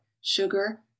sugar